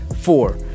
Four